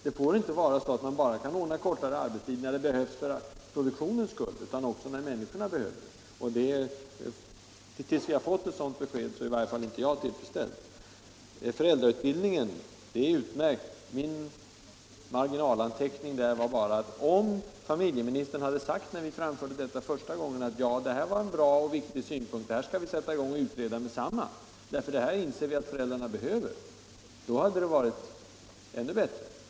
Det får inte vara så, att man bara kan ordna kortare arbetstid när det behövs för produktionens skull, utan det skall vara möjligt också när människorna behöver det. Tills vi har fått ett sådant besked, är i varje fall inte jag tillfredsställd. Föräldrautbildningen är utmärkt. Min marginalanteckning där var bara att om familjeministern när vi förde fram frågan första gången hade sagt att det här var en bra och viktig synpunkt, det här skall vi sätta i gång och utreda med detsamma, därför att vi inser att föräldrarna behöver det, så hade det varit ännu bättre.